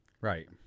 Right